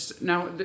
Now